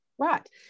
right